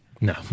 no